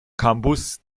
campus